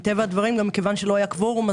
מכיוון שלא היה קוורום,